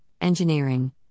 engineering